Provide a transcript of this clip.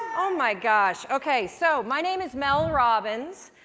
oh my gosh! okay, so. my name is mel robbins,